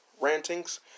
rantings